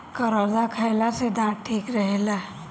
करौदा खईला से दांत ठीक रहेला